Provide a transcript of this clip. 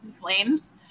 Flames